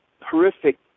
horrific